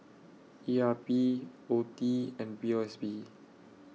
E R P OETI and P O S B